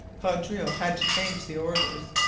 vaudreuil had to change the orders.